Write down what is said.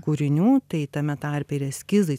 kūrinių tai tame tarpe ir eskizai